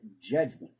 judgment